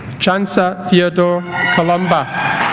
chansa theodore kalumba